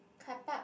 car park